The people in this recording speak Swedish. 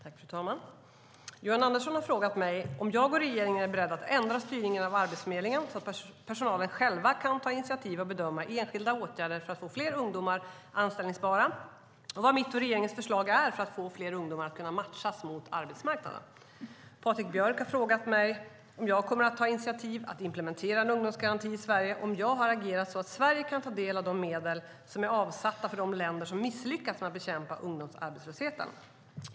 Fru talman! Johan Andersson har frågat mig om jag och regeringen är beredda att ändra styrningen av Arbetsförmedlingen så att personalen själv kan ta initiativ och bedöma enskilda åtgärder för att få fler ungdomar anställningsbara, och vad mitt och regeringens förslag är för att få fler ungdomar att kunna matchas mot arbetsmarknaden. Patrik Björck har frågat mig om jag kommer att ta initiativ till att implementera en ungdomsgaranti i Sverige och om jag har agerat så att Sverige kan ta del av de medel som är avsatta för de länder som misslyckats med att bekämpa ungdomsarbetslösheten.